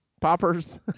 poppers